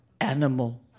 animal